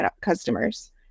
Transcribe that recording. customers